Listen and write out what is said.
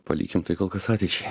palikim tai kol kas ateičiai